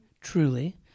truly